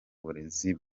burezi